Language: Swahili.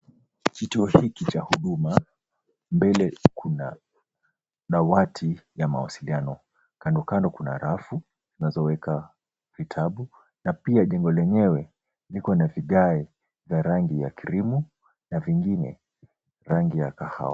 Kituo hiki cha huduma, mbele kuna dawati ya mawasiliano. Kando kando kuna rafu unazoweka vitabu na pia jengo lenyewe liko na vigae za rangi ya cream na vingine rangi ya kahawia.